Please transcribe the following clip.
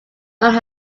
known